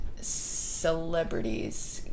celebrities